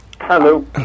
Hello